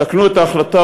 תקנו את ההחלטה,